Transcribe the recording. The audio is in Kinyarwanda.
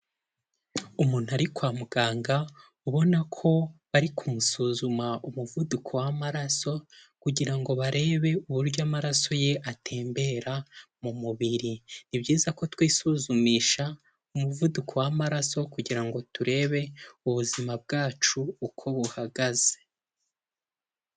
Umuntu ari kwa muganga, ubona ko bari kumusuzuma umuvuduko w'amaraso, kugira ngo barebe uburyo amaraso ye atembera mu mubiri, ni byiza ko twisuzumisha umuvuduko w'amaraso, kugira ngo turebe ubuzima bwacu uko buhagaze.